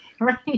Right